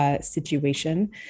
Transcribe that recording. situation